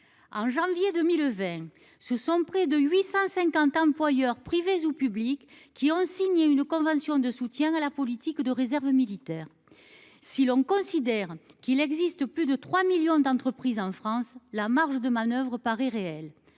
En janvier 2020, ce sont près de 850 employeurs privés ou publics qui ont signé une convention de soutien à la politique de réserve militaire. Si l'on considère qu'il existe plus de 3 millions d'entreprises en France. La marge de manoeuvre Paris réel